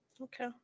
Okay